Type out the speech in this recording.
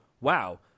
wow